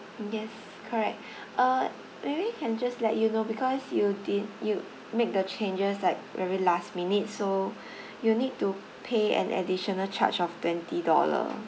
yes correct uh maybe can just let you know because you did you make the changes like very last minute so you need to pay an additional charge of twenty dollars